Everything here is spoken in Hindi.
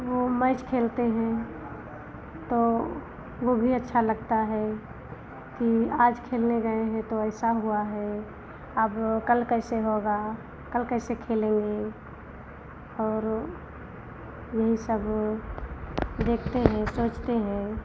वह मैच खेलते हैं तो वह भी अच्छा लगता है कि आज खेलने गए हैं तो ऐसा हुआ है अब कल कैसे होगा कल कैसे खेलेंगे और यही सब देखते हैं सोचते हैं